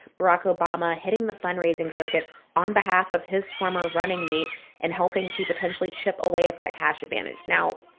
barack obama hitting the fundraising circuit on behalf of his former running mate and helping to potentially chip away at that cash advantage. now,